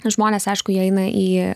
žmonės aišku jie eina į